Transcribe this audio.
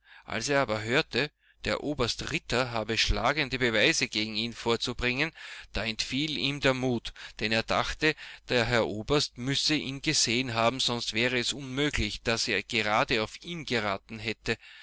als er aber hörte der oberst ritter habe schlagende beweise gegen ihn vorzubringen da entfiel ihm der mut denn er dachte der herr oberst müsse ihn gesehen haben sonst wäre es unmöglich daß er gerade auf ihn geraten hätte